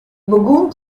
begûn